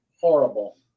horrible